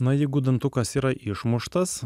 na jeigu dantukas yra išmuštas